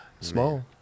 Small